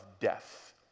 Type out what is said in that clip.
death